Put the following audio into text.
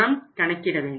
நாம் கணக்கிட வேண்டும்